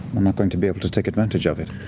we're not going to be able to take advantage of it.